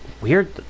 weird